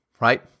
right